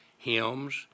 hymns